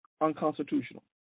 unconstitutional